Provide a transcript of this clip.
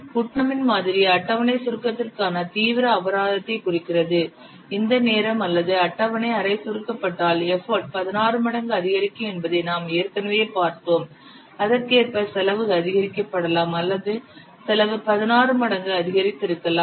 புட்னமின் மாதிரி அட்டவணை சுருக்கத்திற்கான தீவிர அபராதத்தை குறிக்கிறது இந்த நேரம் அல்லது அட்டவணை அரை சுருக்கப்பட்டால் எஃபர்ட் 16 மடங்கு அதிகரிக்கும் என்பதை நாம் ஏற்கனவே பார்த்தோம் அதற்கேற்ப செலவு அதிகரிக்கப்படலாம் அல்லது செலவு 16 மடங்கு அதிகரித்திருக்கலாம்